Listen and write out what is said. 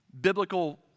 biblical